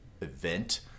event